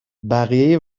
بقیه